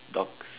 dogs